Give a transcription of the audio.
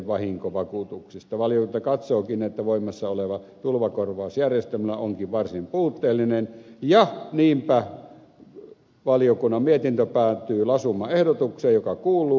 valiokunta katsookin että voimassa oleva tulvakorvausjärjestelmä onkin varsin puutteellinen ja niinpä valiokunnan mietintö päätyy lausumaehdotukseen joka kuuluu